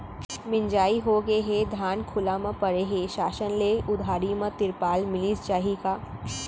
मिंजाई होगे हे, धान खुला म परे हे, शासन ले उधारी म तिरपाल मिलिस जाही का?